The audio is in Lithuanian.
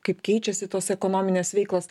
kaip keičiasi tos ekonominės veiklos